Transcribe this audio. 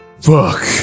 Fuck